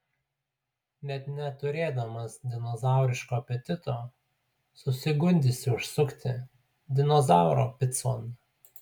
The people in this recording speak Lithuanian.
net neturėdamas dinozauriško apetito susigundysi užsukti dinozauro picon